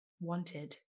wanted